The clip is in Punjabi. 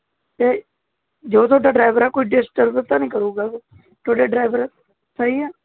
ਅਤੇ ਜੋ ਤੁਹਾਡਾ ਡਰਾਈਵਰ ਹੈ ਕੋਈ ਡਿਸਟਰਬ ਤਾਂ ਨਹੀਂ ਕਰੇਗਾ ਤੁਹਾਡੇ ਡਰਾਈਵਰ ਸਹੀ ਹੈ